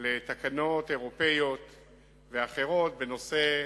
לתקנות אירופיות ואחרות בנושא.